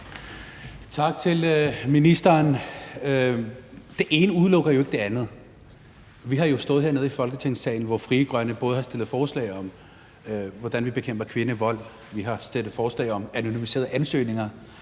Tak til ministeren. Det ene udelukker jo ikke det andet. Vi har jo stået hernede i Folketingssalen, hvor Frie Grønne både har fremsat forslag om, hvordan vi bekæmper kvindevold, vi har fremsat forslag om anonymiserede ansøgninger,